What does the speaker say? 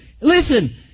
Listen